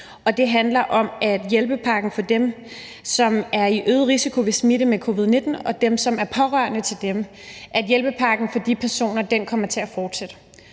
det handler om, at hjælpepakken for dem, som er i øget risiko ved smitte med covid-19, og deres pårørende kommer til at fortsætte.